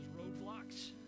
roadblocks